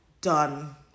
done